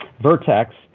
Vertex